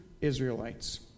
Israelites